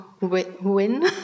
win